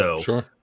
Sure